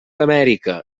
amèrica